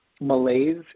malaise